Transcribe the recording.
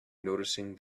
noticing